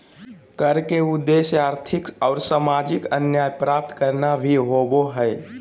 कर के उद्देश्य आर्थिक और सामाजिक न्याय प्राप्त करना भी होबो हइ